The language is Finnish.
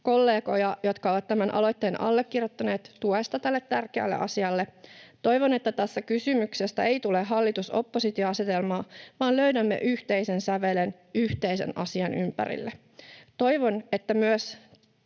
kollegoja, jotka ovat tämän aloitteen allekirjoittaneet, tuesta tälle tärkeälle asialle. Toivon, että tästä kysymyksestä ei tule hallitus—oppositio-asetelmaa vaan löydämme yhteisen sävelen yhteisen asian ympärille. Toivon, että myös